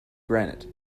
granite